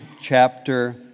chapter